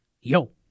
yo